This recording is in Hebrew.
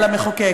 על המחוקק,